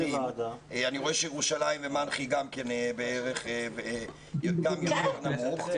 אני רואה שירושלים בערך יותר נמוך.